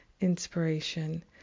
inspiration